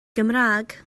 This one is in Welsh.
gymraeg